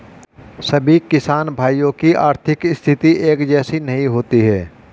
सभी किसान भाइयों की आर्थिक स्थिति एक जैसी नहीं होती है